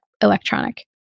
electronic